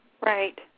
Right